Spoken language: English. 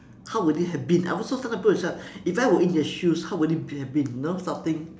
how would it have been I also sometimes put myself if I were in their shoes how would it have been you know something